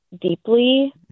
deeply